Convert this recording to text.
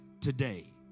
today